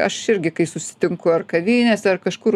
aš irgi kai susitinku ar kavinėse ar kažkur